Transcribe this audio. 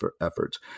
efforts